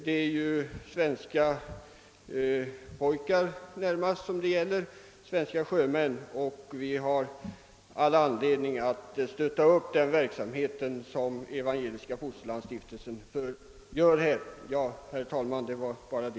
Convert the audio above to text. Det gäller närmast svenska sjömän, och vi har all anledning att stödja den verksamhet som Evangeliska fosterlandsstiftelsen driver på detta område.